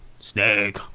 Snake